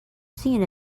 seen